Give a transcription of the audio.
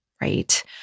right